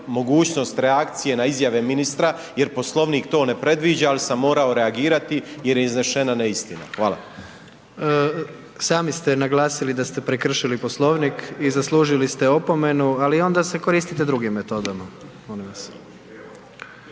mogućnost reakcije na izjave ministra jer Poslovnik to ne predviđa, al sam morao reagirati jer je iznešena neistina. Hvala. **Jandroković, Gordan (HDZ)** Sami ste naglasili da ste prekršili Poslovnik i zaslužili ste opomenu, ali onda se koristite drugim metodama,